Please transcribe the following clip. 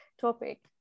topic